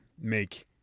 make